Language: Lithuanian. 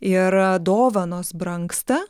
ir dovanos brangsta